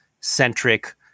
centric